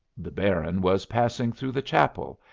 the baron was passing through the chapel,